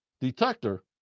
detector